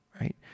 Right